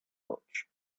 much